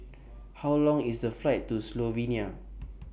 How Long IS The Flight to Slovenia